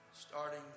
Starting